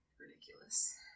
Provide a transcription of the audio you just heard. ridiculous